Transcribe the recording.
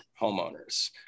homeowners